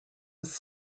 was